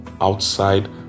outside